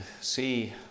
see